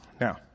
Now